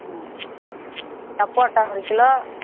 ம் சப்போட்டா ஒரு கிலோ